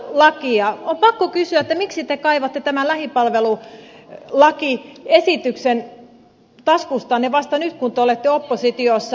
on pakko kysyä miksi te kaivatte tämän lähipalvelulakiesityksen taskustanne vasta nyt kun te olette oppositiossa